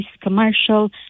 commercial